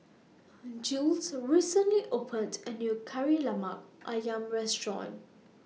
Jules recently opened A New Kari Lemak Ayam Restaurant